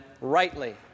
rightly